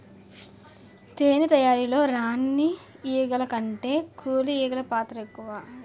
తేనె తయారీలో రాణి ఈగల కంటే కూలి ఈగలు పాత్ర ఎక్కువ